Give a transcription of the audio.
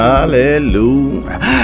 Hallelujah